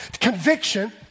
conviction